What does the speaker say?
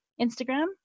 Instagram